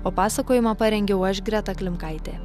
o pasakojimą parengiau aš greta klimkaitė